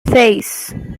seis